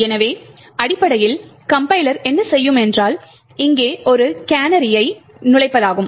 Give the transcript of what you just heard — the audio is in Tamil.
எனவே அடிப்படையில் கம்பைலர் என்ன செய்யும் என்றால் இங்கே ஒரு கேனரியைச் நுழைப்பதாகும்